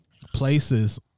places